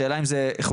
השאלה אם זה חוקי,